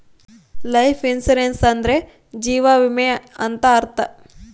life insurance ಅಂದ್ರೆ ಜೀವ ವಿಮೆ ಅಂತ ಅರ್ಥ